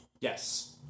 Yes